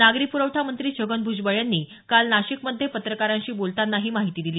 नागरी प्रवठा मंत्री छगन भ्जबळ यांनी काल नाशिकमध्ये पत्रकारांशी बोलतांना सांगितलं